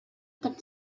pot